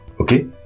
okay